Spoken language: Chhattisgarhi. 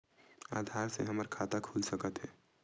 आधार से हमर खाता खुल सकत हे?